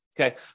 Okay